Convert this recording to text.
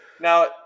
Now